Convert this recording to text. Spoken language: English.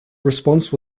response